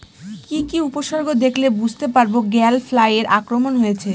কি কি উপসর্গ দেখলে বুঝতে পারব গ্যাল ফ্লাইয়ের আক্রমণ হয়েছে?